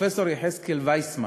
פרופסור יחזקאל ויסמן,